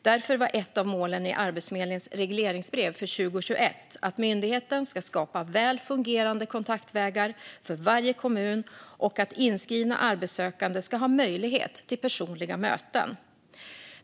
Därför var ett av målen i Arbetsförmedlingens regleringsbrev för 2021 att myndigheten ska skapa väl fungerande kontaktvägar för varje kommun och att inskrivna arbetssökande ska ha möjlighet till personliga möten.